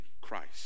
Christ